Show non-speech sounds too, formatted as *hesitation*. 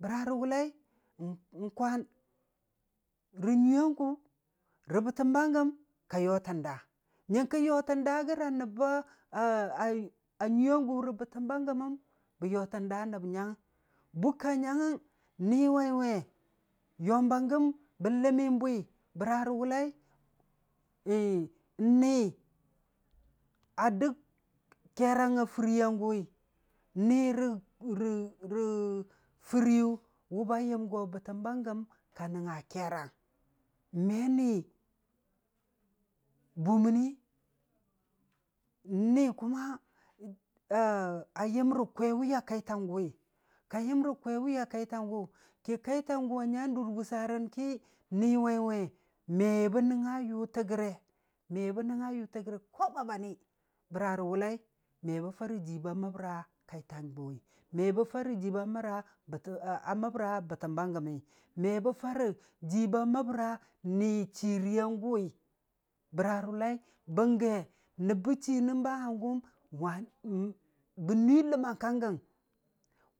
Bəra rə wʊllai, n'kwan, rə nyuii yan gʊ, rə bətəm ba gəm ka yootən daa, nyʊngkə yootən daa rəga aa nəbba *hesitation* nyuiiyan gʊ rə bətəm ba gəməng, bə yootən daa nəb nyang. Bukka nyang ngəng, ni waiwe yoom ba gəm bə ləmmin bwi bəra rə wʊllai, *hesitation* n'ni a dəg keerang a furiiyan gʊwi. n'ni r- rə-rə furiiyu ba yəm go bətəm ba gəm ka nəngnga keerang, me ni buməni, n'ni kuma *hesitation* yəm rə kwewiya kautan gʊwi, ka yəm rə kwewiya kaitan gʊ a nya dur bʊssarən ki, ni waiwe me bə nəngnga yuta gare, meba nangnga yula gare ko ba bani, bəra rə wʊllai, me bə farə jii ba məbra kaitan gʊwi, me bə fara jii ba məra *hesitation* məbro bətəm ba gəmmi, me bə farə jii ba məbra ni chiirii yan gʊwi, bəra rə wʊllai, bəngge nəb bə chii nən ba hangʊwʊm, wan- n bə nuii ləmmang ka gəng